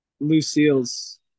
Lucille's